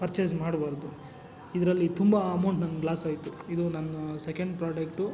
purchase ಮಾಡಬಾರ್ದು ಇದರಲ್ಲಿ ತುಂಬ ಅಮೌಂಟ್ ನಂಗೆ ಲಾಸಾಯ್ತು ಇದು ನನ್ನ ಸೆಕೆಂಡ್ ಪ್ರಾಡಕ್ಟು